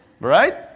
Right